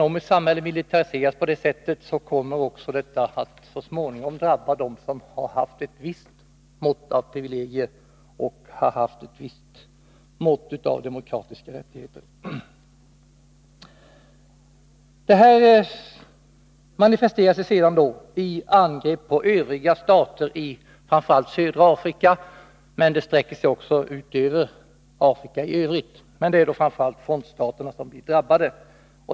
Om ett samhälle militariseras på det här sättet, kommer det så småningom också att drabba dem som har haft ett visst mått av privilegier och ett visst mått av demokratiska rättigheter. Den här utvecklingen manifesterar sig sedan i angrepp på övriga stater i södra Afrika men också i Afrika i övrigt. Framför allt är det frontstaterna som drabbas.